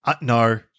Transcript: No